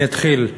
אני אתחיל.